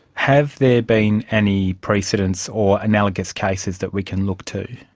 have there been any precedents or analogous cases that we can look to?